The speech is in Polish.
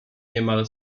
niemal